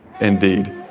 indeed